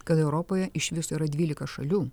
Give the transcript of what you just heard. kad europoje iš viso yra dvylika šalių